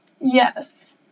Yes